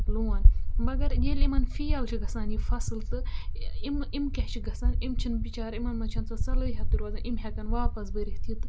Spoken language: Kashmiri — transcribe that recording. لون مَگر ییٚلہِ یِمَن فیل چھُ گژھان یہِ فَصٕل تہٕ یِم یِم کیاہ چھُ گژھان یِم چھِنہٕ بِچار یِمن منٛز چھنہٕ سۄ صلٲحیت روزان یِم ہٮ۪کن واپَس بٔرِتھ یہِ تہٕ